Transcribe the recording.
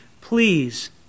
please